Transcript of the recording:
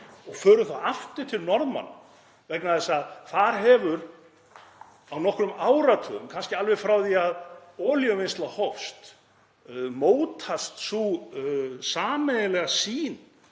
Förum þá aftur til Norðmanna vegna þess að þar hefur á nokkrum áratugum, kannski alveg frá því að olíuvinnsla hófst, mótast sú sameiginlega sýn